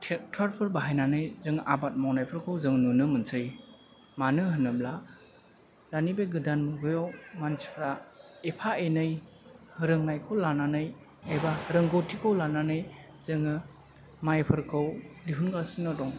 ट्रेक्टरफोर बाहायनानै जों आबाद मावनाय फोरखौ जों नुनो मोनसै मानो होनोब्ला दानि बे गोदान मुगाआव मानसिफ्रा एफा एनै रोंनायखौ लानानै एबा रोंगथिखौ लानानै जोङो माइफोरखौ दिहुनगासिनो दं